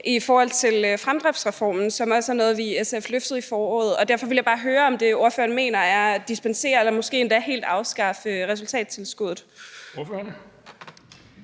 sagde om fremdriftsreformen, som også er noget, vi i SF var med til at løfte i foråret. Derfor vil jeg bare høre, om det, ordføreren mener, er, at man skal dispensere fra eller måske endda helt afskaffe resultattilskuddet.